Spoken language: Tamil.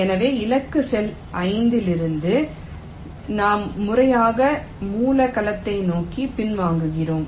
எனவே இலக்கு செல் T இலிருந்து நாம் முறையாக மூல கலத்தை நோக்கி பின்வாங்குகிறோம்